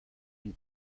une